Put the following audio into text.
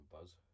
buzz